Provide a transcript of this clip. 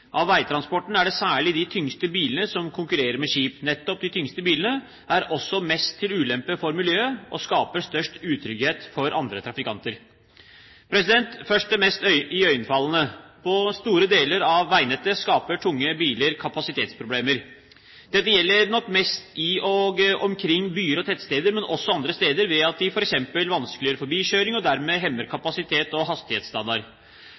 Av veitransporten er det særlig de tyngste bilene som konkurrerer med skip. Nettopp de tyngste bilene er også mest til ulempe for miljøet og skaper størst utrygghet for andre trafikanter. Først det mest iøynefallende: På store deler av veinettet skaper tunge biler kapasitetsproblemer. Dette gjelder nok mest i og omkring byer og tettsteder, men også andre steder, ved at de f.eks. vanskeliggjør forbikjøring og dermed hemmer kapasitet og hastighetsstandard.